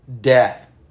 death